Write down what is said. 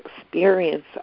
experience